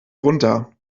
runter